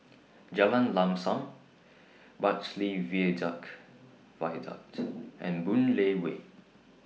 Jalan Lam SAM Bartley Viaduct and Boon Lay Way